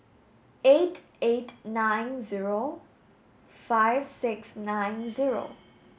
eight eight nine zero five six nine zero